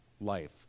life